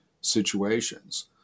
situations